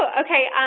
okay.